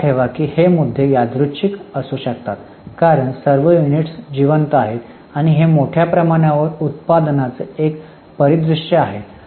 लक्षात ठेवा की हे मुद्दे यादृच्छिक असू शकतात कारण सर्व युनिट्स जिवंत आहेत आणि हे मोठ्या प्रमाणावर उत्पादनाचे एक परिदृश्य आहे